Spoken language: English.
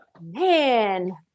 man